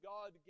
God